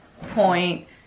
point